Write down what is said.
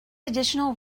additional